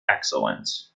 excellent